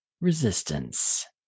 Resistance